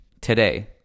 today